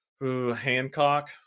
Hancock